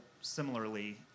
similarly